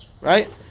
right